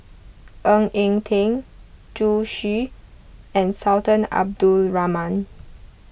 Ng Eng Teng Zhu Xu and Sultan Abdul Rahman